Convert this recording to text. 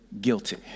guilty